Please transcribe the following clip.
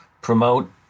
promote